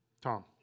Tom